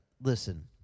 listen